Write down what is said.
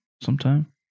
sometime